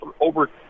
over